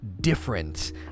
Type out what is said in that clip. different